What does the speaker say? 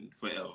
forever